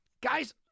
guys